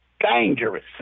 dangerous